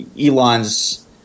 Elon's